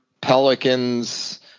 Pelicans